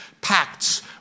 pacts